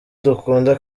dukunda